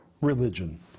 religion